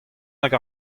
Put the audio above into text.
hag